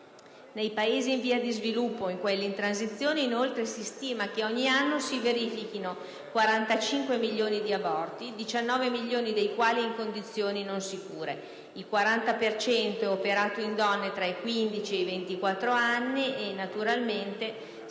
Nei Paesi in via di sviluppo o in quelli in transizione, inoltre, si stima che ogni anno si verifichino 45 milioni di aborti, 19 milioni dei quali in condizioni non sicure: il 40 per cento è operato in donne tra i 15 e i 24 anni. Sappiamo che gli aborti in